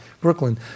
Brooklyn